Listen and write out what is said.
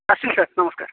ଆସିଲି ସାର୍ ନମସ୍କାର